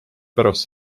pärast